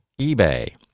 eBay